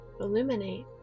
Illuminate